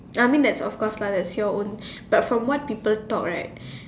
I mean that's of course lah it's your own but from what people thought right